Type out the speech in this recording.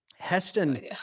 Heston